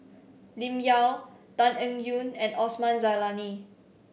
Lim Yau Tan Eng Yoon and Osman Zailani